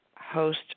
host